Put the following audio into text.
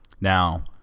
Now